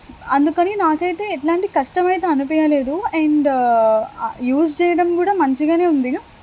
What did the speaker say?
అందుకని నాకైతే ఎట్లాంటి కష్టమైతే అనిపియ్యలేదు అండ్ యూస్ చేయడం కూడా మంచిగానే ఉంది